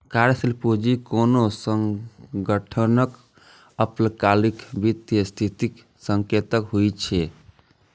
कार्यशील पूंजी कोनो संगठनक अल्पकालिक वित्तीय स्थितिक संकेतक होइ छै